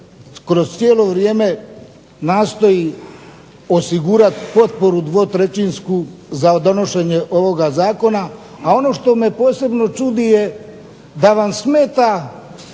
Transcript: kroz cijelo vrijeme nastoji osigurati potporu dvotrećinsku za donošenje ovoga zakona, a ono što me posebno čudi je da nam smeta,